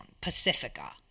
Pacifica